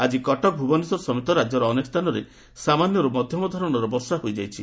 ଆଜି କଟକ ଭୁବନେଶ୍ୱର ସମେତ ରାଜ୍ୟର ଅନେକ ସ୍ଥାନରେ ସାମାନ୍ୟରୁ ମଧ୍ଧମ ଧରଣର ବର୍ଷା ହୋଇଯାଇଛି